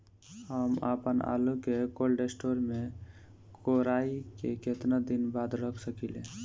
हम आपनआलू के कोल्ड स्टोरेज में कोराई के केतना दिन बाद रख साकिले?